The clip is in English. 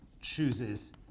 chooses